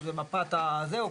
והמסלול